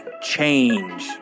change